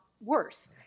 worse